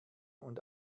und